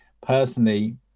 personally